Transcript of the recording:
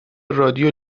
رادیو